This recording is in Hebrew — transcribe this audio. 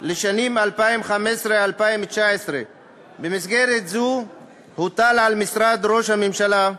לשנים 2015 2019. במסגרת זו הוטל על משרד ראש הממשלה,